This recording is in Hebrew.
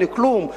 אין כלום,